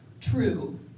true